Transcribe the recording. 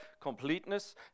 completeness